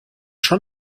schon